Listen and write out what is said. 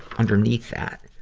underneath that.